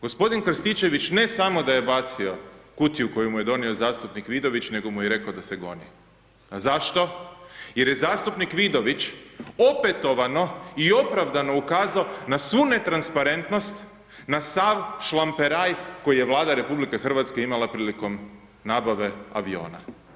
Gospodin Krstičević ne samo da je bacio kutiju koju mu je donio zastupnik Vidović nego mu je i rekao da se goni, a zašto, jer je zastupnik Vidović opetovano i opravdano ukazao na svu netransparentnost, na sav šlamperaj koji je Vlada RH imala prilikom nabave aviona.